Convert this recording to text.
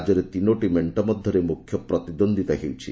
ରାଜ୍ୟରେ ତିନୋଟି ମେଣ୍ଟ ମଧ୍ୟରେ ମୁଖ୍ୟ ପ୍ରତିଦ୍ୱନ୍ଦ୍ୱିତା ହେଉଛି